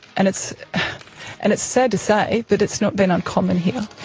and it's and it's sad to say, but it's not been uncommon here.